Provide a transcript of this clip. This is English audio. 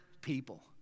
people